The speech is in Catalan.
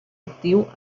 actiu